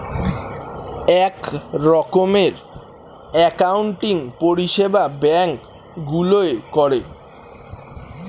এক রকমের অ্যাকাউন্টিং পরিষেবা ব্যাঙ্ক গুলোয় করে